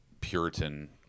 puritan